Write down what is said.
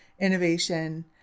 innovation